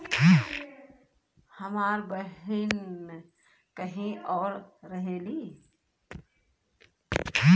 हमार बहिन कहीं और रहेली